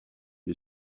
ait